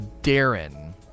Darren